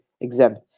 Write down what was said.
exempt